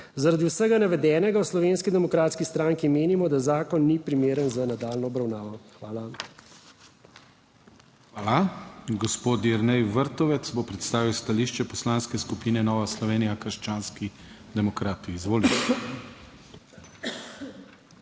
Zaradi vsega navedenega v Slovenski demokratski stranki menimo, da zakon ni primeren za nadaljnjo obravnavo. Hvala. **PODPREDSEDNIK DANIJEL KRIVEC:** Hvala. Gospod Jernej Vrtovec bo predstavil stališče Poslanske skupine Nova Slovenija Krščanski demokrati. Izvolite.